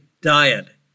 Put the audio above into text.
diet